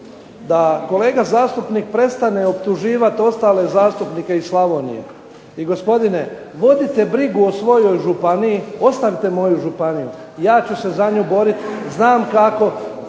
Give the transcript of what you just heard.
da kolega zastupnik prestane optuživati ostale zastupnike iz Slavonije. I gospodine, vodite brigu o svojoj županiji, ostavite moju županiju. Ja ću se za nju boriti. Znam kako.